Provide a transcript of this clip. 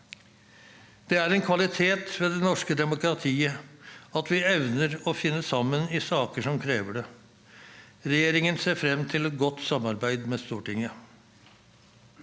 Det er en kvalitet ved det norske demokratiet at vi evner å finne sammen i saker som krever det. Regjeringen ser frem til et godt samarbeid med Stortinget.